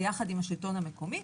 יחד עם השלטון המקומי,